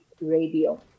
radio